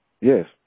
Yes